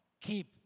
Keep